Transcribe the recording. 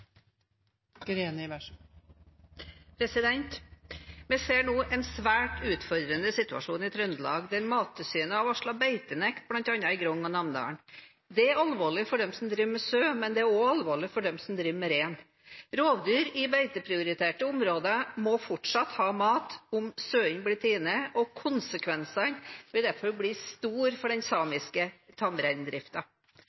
alvorlig for dem som driver med sau, men det er også alvorlig for dem som driver med rein. Rovdyr i beiteprioriterte områder må fortsatt ha mat om sauene blir tatt, og konsekvensene vil derfor bli store for den